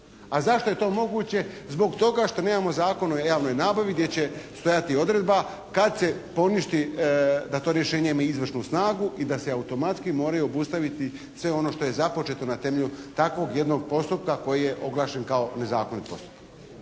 A zašto je to moguće? Zbog toga što nemamo Zakon o javnoj nabavi gdje će stajati odredba, kad se poništi da to rješenje ima izvršnu snagu i da se automatski moraju obustaviti sve ono što je započeto na temelju takvog jednog postupka koji je oglašen kao nezakonit postupak.